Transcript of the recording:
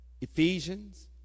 Ephesians